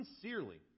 sincerely